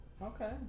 Okay